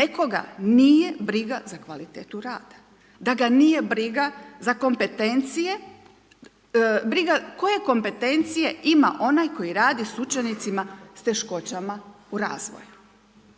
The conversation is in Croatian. nekoga nije briga za kvalitetu rada, da ga nije briga za kompetencije koje kompetencije ima onaj koji radi s učenicima s teškoćama u razvoju.